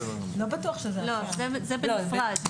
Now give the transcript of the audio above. זה בנפרד.